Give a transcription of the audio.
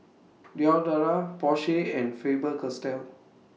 Diadora Porsche and Faber Castell